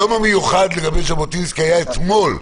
רבותיי, היום המיוחד לגבי ז'בוטינסקי היה אתמול.